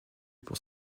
pour